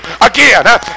again